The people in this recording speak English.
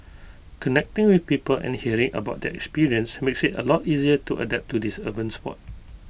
connecting with people and hearing about their experience makes IT A lot easier to adapt to this urban Sport